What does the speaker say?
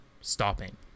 stopping